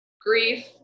grief